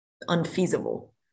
unfeasible